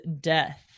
death